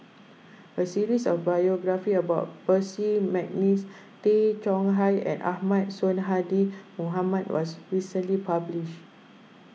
a series of biographies about Percy McNeice Tay Chong Hai and Ahmad Sonhadji Mohamad was recently published